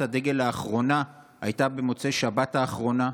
הדגל האחרונה הייתה במוצאי שבת האחרונה,